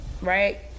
right